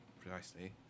precisely